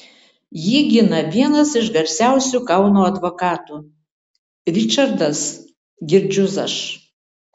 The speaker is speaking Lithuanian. jį gina vienas iš garsiausių kauno advokatų ričardas girdziušas